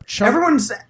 everyone's